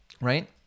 right